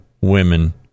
women